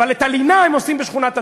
אבל את הלינה הם עושים בשכונת-התקווה.